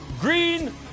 green